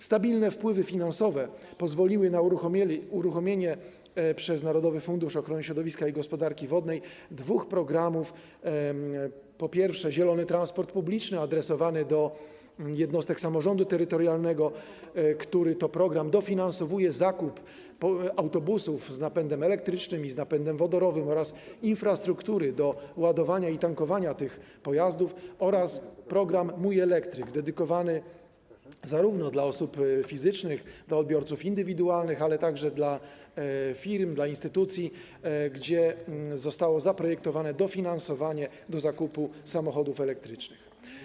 Stabilne wpływy finansowe pozwoliły na uruchomienie przez Narodowy Fundusz Ochrony Środowiska i Gospodarki Wodnej dwóch programów, programu „Zielony transport publiczny” adresowanego do jednostek samorządu terytorialnego, który to program dofinansowuje zakup autobusów z napędem elektrycznym i z napędem wodorowym oraz infrastruktury do ładowania i tankowania tych pojazdów, oraz programu „Mój elektryk” dedykowanego zarówno dla osób fizycznych, dla odbiorców indywidualnych, jak i dla firm, dla instytucji, w którym zostało zaprojektowane dofinansowanie do zakupu samochodów elektrycznych.